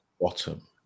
bottom